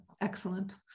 excellent